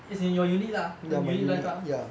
as in your unit lah your unit life ah